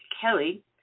Kelly